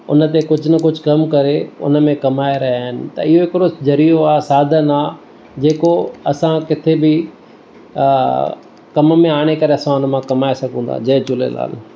हुन ते कुझु न कुझु कमु करे हुन में कमाए रहिया आहिनि त इहो हिकिड़ो ज़रियो आहे साधनु आहे जेको असां किथे बि कमु में आणे करे असां हुन मां कमाए सघूं था जय झूलेलाल